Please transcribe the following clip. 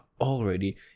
already